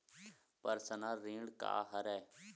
Personal ऋण का हरय?